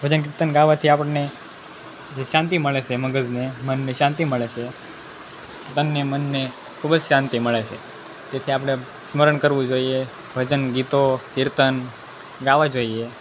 ભજન કીર્તન ગાવાથી આપણને જે શાંતિ મળે છે મગજને મનને શાંતિ મળે છે તનને મનને ખૂબ જ શાંતિ મળે છે તેથી આપણે સ્મરણ કરવું જોઈએ ભજન ગીતો કીર્તન ગાવા જોઈએ